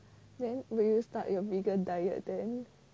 then will you start your vegan diet then